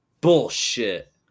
Bullshit